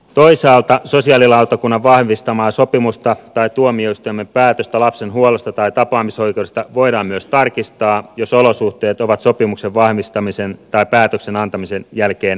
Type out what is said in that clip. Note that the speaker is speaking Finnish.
toisaalta sosiaalilautakunnan vahvistamaa sopimusta tai tuomioistuimen päätöstä lapsen huollosta tai tapaamisoikeudesta voidaan myös tarkistaa jos olosuhteet ovat sopimuksen vahvistamisen tai päätöksen antamisen jälkeen muuttuneet